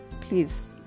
Please